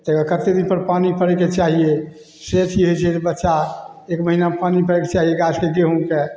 तकर कतेक दिनपर पानी पड़ैके चाहिए से अथी होइ छै जे बच्चा एक महिनापर पानी पड़ैके चाही गाछके गेहूँके